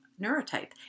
neurotype